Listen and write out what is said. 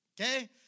okay